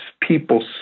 people